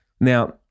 Now